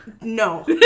No